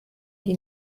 die